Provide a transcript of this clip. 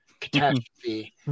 catastrophe